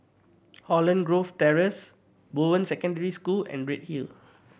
Holland Grove Terrace Bowen Secondary School and Redhill